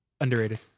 Underrated